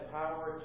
power